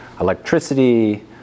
electricity